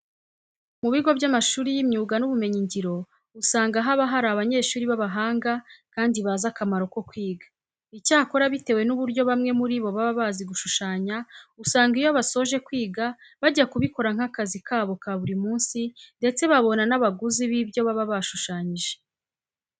Mu bigo by'amashuri y'imyuga n'ubumenyingiro usanga haba hari abanyeshuri b'abahanga kandi bazi akamaro ko kwiga. Icyakora bitewe n'uburyo bamwe muri bo baba bazi gushushanya, usanga iyo basoje kwiga bajya kubikora nk'akazi kabo ka buri munsi ndetse babona n'abaguzi b'ibyo baba bashushanyije.